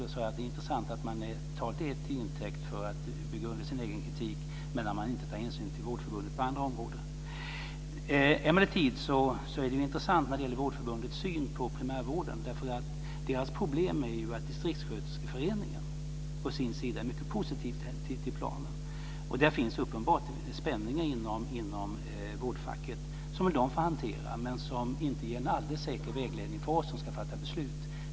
Jag sade då att det är intressant att det tas till intäkt för att bygga under sin egen kritik när man inte tar hänsyn till Vårdförbundet på andra områden. Emellertid är det intressant med Vårdförbundets syn på primärvården. Dess problem är ju att distriktssköterskeföreningen å sin sida är mycket positiv till planen. Det är uppenbart att det finns spänningar inom vårdfacket, som ju de får hantera. Dock ges inte en alldeles säker vägledning för oss som ska fatta beslut.